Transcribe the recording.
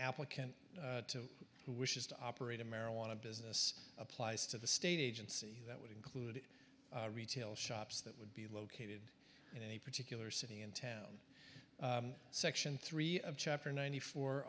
applicant who wishes to operate a marijuana business applies to the state agency that would include retail shops that would be located in any particular city and town section three of chapter ninety four